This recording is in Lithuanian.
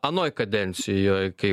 anoj kadencijoj kai